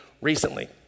recently